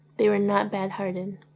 they were not bad hearted.